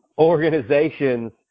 organizations